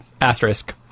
asterisk